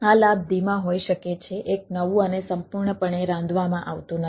આ લાભ ધીમા હોઈ શકે છે એક નવું અને સંપૂર્ણપણે રાંધવામાં આવતું નથી